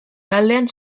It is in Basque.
taldean